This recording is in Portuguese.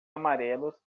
amarelos